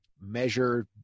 measure